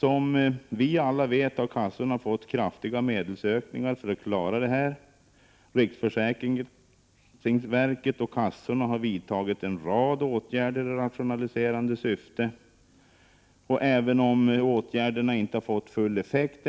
Som vi alla vet har kassorna fått kraftiga medelsökningar för att klara det här problemet. Riksförsäkringsverket och kassorna har vidtagit en rad åtgärder i rationaliserande syfte. Även om åtgärderna ännu inte fått full effekt